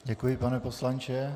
Děkuji, pane poslanče.